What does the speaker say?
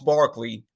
Barkley